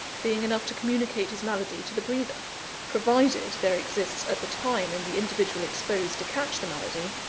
being enough to communicate his malady to the breather provided there exists, at the time, in the individual exposed to catch the malady,